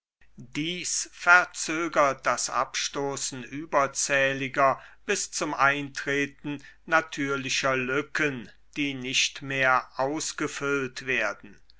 dies verzögert das abstoßen überzähliger bis zum eintreten natürlicher lücken die nicht mehr ausgefüllt werden